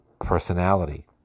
personality